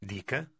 Dica